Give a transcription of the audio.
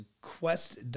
quest